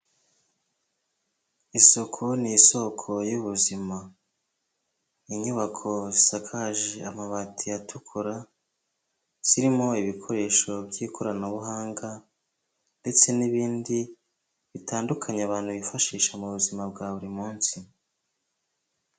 Isuku ni isoko y'ubuzima. Inyubako zisakaje amabati atukura zirimo ibikoresho by'ikoranabuhanga ndetse n'ibindi bitandukanye abantu bifashisha mu buzima bwa buri munsi.